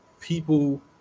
people